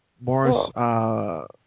Morris